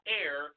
air